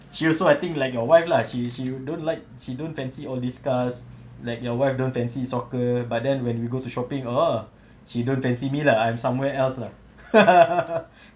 she also I think like your wife lah she she don't like she don't fancy all these cars like your wife don't fancy soccer but then when we go to shopping oh she don't fancy me lah I'm somewhere else lah